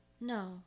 No